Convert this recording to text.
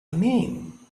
name